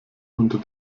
unter